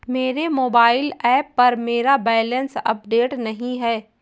मेरे mobile app पर मेरा बैलेंस अपडेट नहीं है